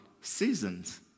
seasons